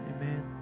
Amen